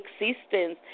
existence